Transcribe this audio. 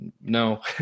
no